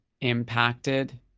impacted